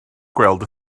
gweld